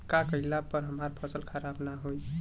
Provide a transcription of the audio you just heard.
का कइला पर हमार फसल खराब ना होयी?